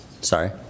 Sorry